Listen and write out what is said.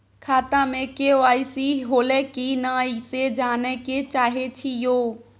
खाता में के.वाई.सी होलै की नय से जानय के चाहेछि यो?